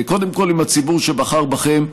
קודם כול עם הציבור שבחר בכם.